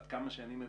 עד כמה שאני מבין,